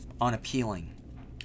unappealing